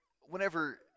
whenever